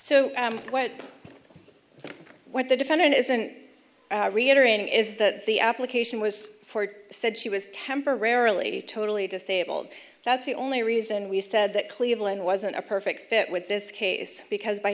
so when what the defendant isn't reiterating is that the application was said she was temporarily totally disabled that's the only reason we said that cleveland wasn't a perfect fit with this case because by